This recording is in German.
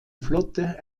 flotte